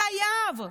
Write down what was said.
חייב.